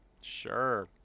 Sure